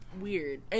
weird